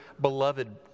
beloved